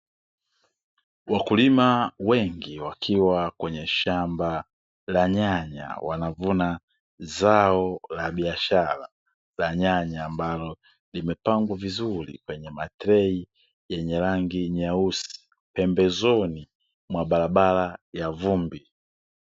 Wakulima wengi wakiwa kwenye shamba la yanya wanavuna zao la biashara la nyanya ambalo ,limepangwa vizuri kwenye matrei yenye rangi nyeusi pembezoni mwa barabara ya vumbi.